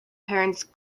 parents